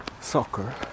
soccer